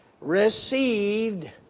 received